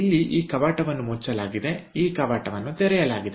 ಇಲ್ಲಿ ಈ ಕವಾಟವನ್ನು ಮುಚ್ಚಲಾಗಿದೆ ಈ ಕವಾಟವನ್ನು ತೆರೆಯಲಾಗಿದೆ